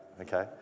okay